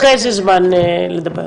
אחרי זה זמן לדבר.